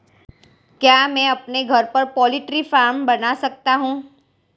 क्या मैं अपने घर पर पोल्ट्री फार्म बना सकता हूँ?